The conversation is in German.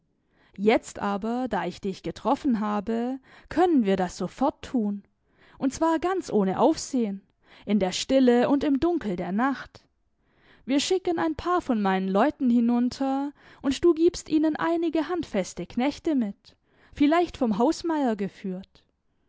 jetzt aber da ich dich getroffen habe können wir das sofort tun und zwar ganz ohne aufsehen in der stille und im dunkel der nacht wir schicken ein paar von meinen leuten hinunter und du gibst ihnen einige handfeste knechte mit vielleicht vom hausmeier geführt